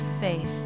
faith